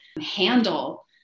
handle